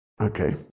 Okay